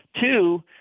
Two